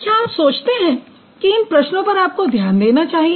क्या आप सोचते हैं कि इन प्रश्नों पर आपको ध्यान देना चाहिए